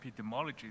epidemiology